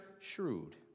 shrewd